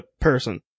person